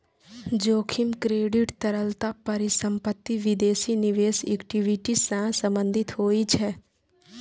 जोखिम क्रेडिट, तरलता, परिसंपत्ति, विदेशी निवेश, इक्विटी सं संबंधित होइ छै